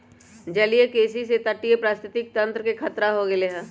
जलीय कृषि से तटीय पारिस्थितिक तंत्र के खतरा हो गैले है